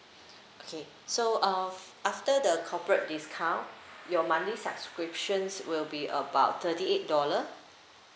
okay so uh after the corporate discount your monthly subscriptions will be about thirty eight dollar